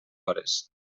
hores